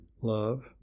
love